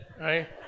right